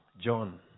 John